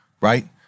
right